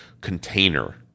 Container